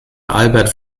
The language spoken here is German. albert